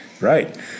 right